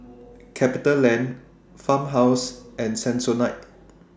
CapitaLand Farmhouse and Sensodyne